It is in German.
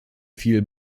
fiel